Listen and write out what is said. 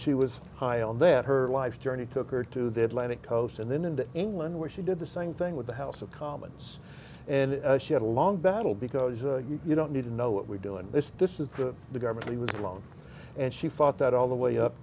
she was high on then her life's journey took her to the atlantic coast and then into england where she did the same thing with the house of commons and she had a long battle because you don't need to know what we're doing this this is the government he was wrong and she fought that all the way up